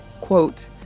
quote